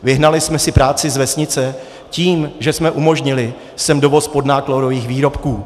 Vyhnali jsme si práci z vesnice tím, že jsme sem umožnili dovoz podnákladových výrobků.